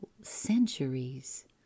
centuries